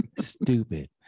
stupid